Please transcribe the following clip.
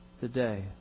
today